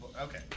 okay